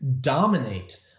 dominate